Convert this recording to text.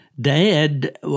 Dad